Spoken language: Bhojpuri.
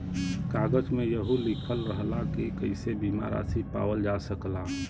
कागज में यहू लिखल रहला की कइसे बीमा रासी पावल जा सकला